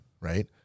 right